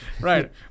right